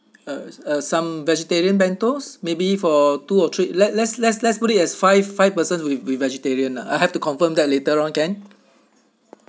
uh uh some vegetarian bentos maybe for two or three let let's let's let's put it as five five persons with with vegetarian lah I have to confirm that later loh can